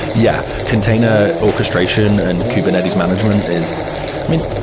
yeah, container orchestration and kubernetes management is i mean,